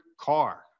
car